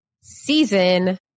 season